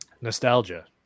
Nostalgia